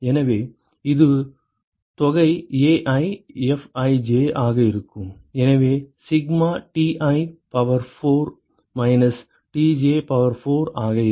எனவே இது தொகை AiFij ஆக இருக்கும் எனவே sigma Ti power 4 minus Tj power 4 ஆக இருக்கும்